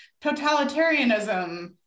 totalitarianism